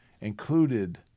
included